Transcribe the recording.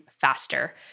faster